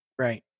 right